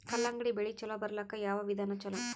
ಕಲ್ಲಂಗಡಿ ಬೆಳಿ ಚಲೋ ಬರಲಾಕ ಯಾವ ವಿಧಾನ ಚಲೋ?